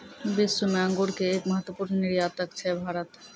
विश्व मॅ अंगूर के एक महत्वपूर्ण निर्यातक छै भारत